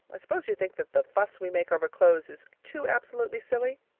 i suppose you think that the fuss we make over clothes is too absolutely silly?